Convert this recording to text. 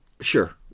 Sure